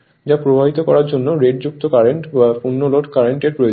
যা প্রবাহিত করার জন্য রেটযুক্ত কারেন্ট বা পূর্ণ লোড কারেন্ট এর প্রয়োজন